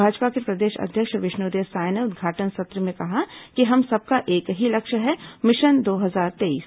भाजपा के प्रदेश अध्यक्ष विष्णुदेव साय ने उद्घाटन सत्र में कहा कि हम सबका एक ही लक्ष्य है मिशन दो हजार तेईस